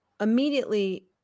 Immediately